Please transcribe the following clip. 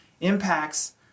impacts